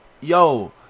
yo